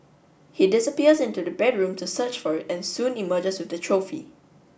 he disappears into the bedroom to search for it and soon emerges with the trophy